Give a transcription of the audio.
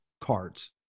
cards